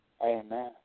Amen